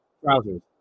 trousers